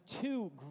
two